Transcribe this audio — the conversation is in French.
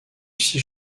six